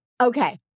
Okay